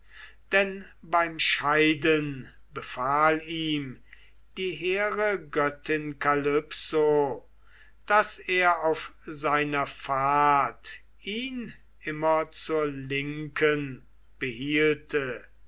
denn beim scheiden befahl ihm die hehre göttin kalypso daß er auf seiner fahrt ihn immer zur linken behielte